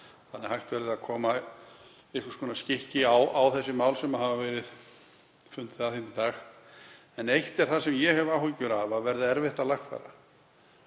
þannig að hægt verði að koma einhvers konar skikki á þessi mál sem hefur verið fundað um hér í dag. En eitt er það sem ég hef áhyggjur af að verði erfitt að lagfæra.